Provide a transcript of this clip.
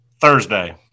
Thursday